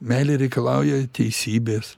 meilė reikalauja teisybės